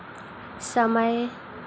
समय